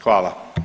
Hvala.